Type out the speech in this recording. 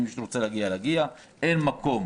אין מקום